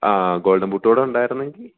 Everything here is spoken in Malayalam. ആ ഗോൾഡൻ ബൂട്ടു കൂടെയുണ്ടായിരുന്നുവെങ്കില്